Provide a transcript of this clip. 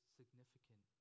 significant